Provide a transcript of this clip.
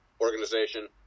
organization